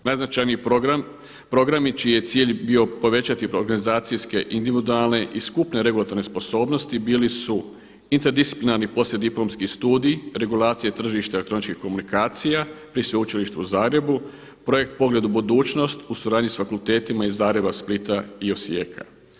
Najznačajniji programi čiji je cilj bio povećati organizacijske individualne i skupne regulatorne sposobnosti bili su Interdisciplinarni poslijediplomski studij, regulacije tržišta elektroničkih komunikacija pri Sveučilištu u Zagrebu, Projekt Pogled u budućnost u suradnji sa fakultetima iz Zagreba, Splita i Osijeka.